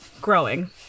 growing